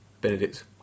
Benedict